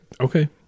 Okay